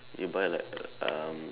you buy like um